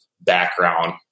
background